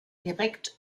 direkt